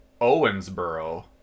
Owensboro